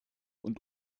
und